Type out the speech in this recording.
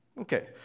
Okay